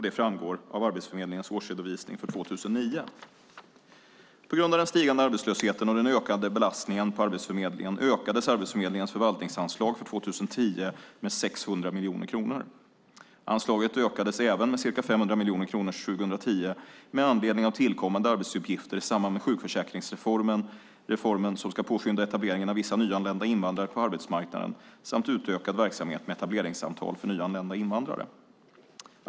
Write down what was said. Det framgår av Arbetsförmedlingens årsredovisning för 2009. På grund av den stigande arbetslösheten och den ökade belastningen på Arbetsförmedlingen ökades Arbetsförmedlingens förvaltningsanslag för 2010 med 600 miljoner kronor. Anslaget ökades även med ca 500 miljoner kronor 2010 med anledning av tillkommande arbetsuppgifter i samband med sjukförsäkringsreformen, reformen som ska påskynda etableringen av vissa nyanlända invandrare på arbetsmarknaden samt utökad verksamhet med etableringssamtal för nyanlända invandrare.